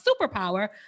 superpower